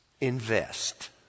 invest